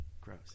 Gross